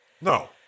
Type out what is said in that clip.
No